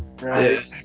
Right